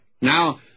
Now